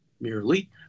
merely